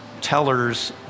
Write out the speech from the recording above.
Teller's